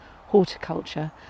horticulture